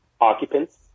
occupants